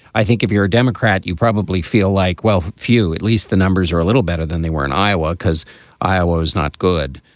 i think if you're a democrat, you probably feel like, well, a few at least the numbers are a little better than they were in iowa because iowa is not good.